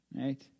right